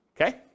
okay